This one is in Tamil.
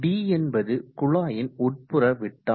D என்பது குழாயின் உட்புற விட்டம்